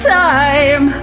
time